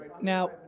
Now